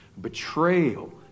betrayal